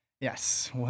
Yes